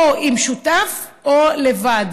או עם שותף או לבד.